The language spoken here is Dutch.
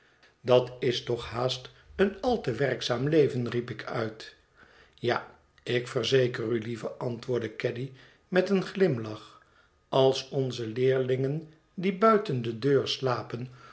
dat is toch haast een al te werkzaam leven riep ik uit ja ik verzeker u lieve antwoordde caddy met een glimlach als onze leerlingen die buiten de deur slapen